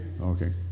Okay